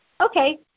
Okay